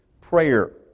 prayer